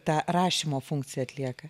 tą rašymo funkciją atlieka